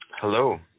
hello